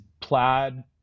Plaid